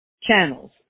channels